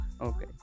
okay